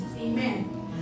Amen